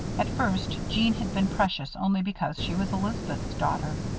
at first, jeanne had been precious only because she was elizabeth's daughter.